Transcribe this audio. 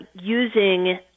using